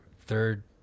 third